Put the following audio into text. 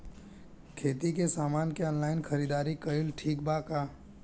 खेती के समान के ऑनलाइन खरीदारी कइल ठीक बा का?